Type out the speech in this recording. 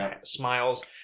smiles